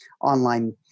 online